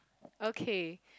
okay